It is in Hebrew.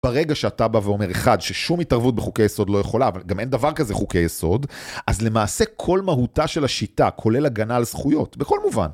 ברגע שאתה בא ואומר, אחד, ששום התערבות בחוקי יסוד לא יכולה, אבל גם אין דבר כזה חוקי יסוד, אז למעשה כל מהותה של השיטה, כולל הגנה על זכויות, בכל מובן.